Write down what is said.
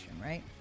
right